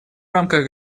рамках